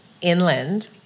inland